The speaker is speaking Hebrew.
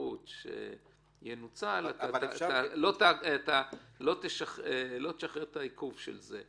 אפשרות שינוצל, לא תשחרר את העיכוב של זה.